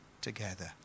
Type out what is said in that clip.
together